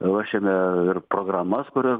ruošiame ir programas kurios